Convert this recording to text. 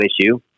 issue